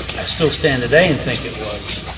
i still stand today and think it was,